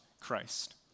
Christ